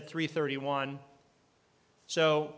at three thirty one so